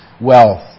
wealth